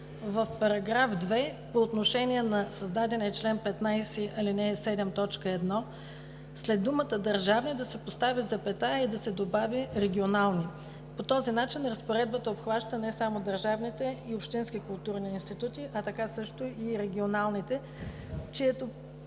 поправка в § 2 по отношение на създадения чл. 15, ал. 7, т. 1 – след думата „държавни“ да се постави запетая и да се добави „регионални“. По този начин разпоредбата обхваща не само държавните и общинските културни институти, а така също и регионалните, чието